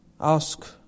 ask